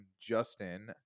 Justin